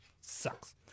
sucks